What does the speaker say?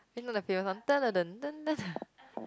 you know the famous one